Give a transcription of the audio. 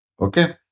Okay